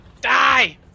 Die